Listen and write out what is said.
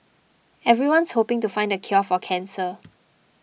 everyone's hoping to find the cure for cancer